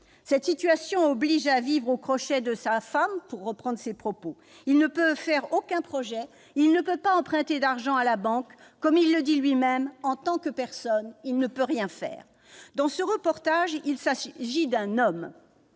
Cette situation l'oblige à « vivre aux crochets de sa femme », il ne peut faire aucun projet, il ne peut pas emprunter d'argent à la banque : comme il le souligne lui-même, « en tant que personne », il ne peut rien faire. Dans ce reportage, il s'agit d'un homme,